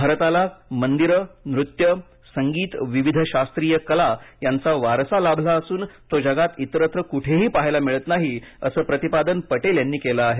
भारताला मंदिरे नृत्य संगीत विविध शास्त्रीय कला यांचा वारसा लाभला असून तो जगात इतरत्र कुठेही पाहायला मिळत नाही असं प्रतिपादन पटेल यांनी केलं आहे